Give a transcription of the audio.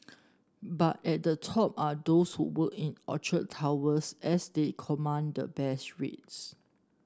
but at the top are those who work in Orchard Towers as they command the best rates